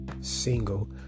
single